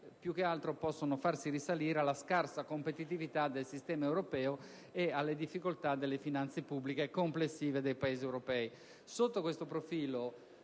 più che altro possono farsi risalire alla scarsa competitività del sistema europeo e alle difficoltà delle finanze pubbliche complessive dei Paesi europei.